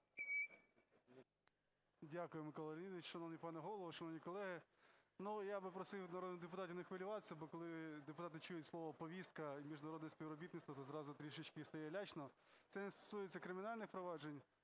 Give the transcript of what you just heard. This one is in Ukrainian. Дякую, Микола Леонідович. Шановний пане Голово, шановні колеги! Ну, я би просив народних депутатів не хвилюватися, бо коли депутати чують слова "повістка" і "міжнародне співробітництво", то зразу трішечки стає лячно. Це не стосується кримінальних проваджень,